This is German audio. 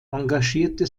engagierte